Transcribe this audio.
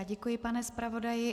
Děkuji, pane zpravodaji.